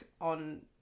on